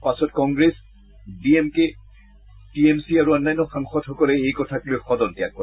পাছত Congress D M K T M C আৰু অন্যান্য সাংসদসকলে এই কথাক লৈ সদন ত্যাগ কৰে